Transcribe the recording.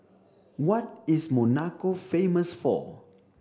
what is Monaco famous for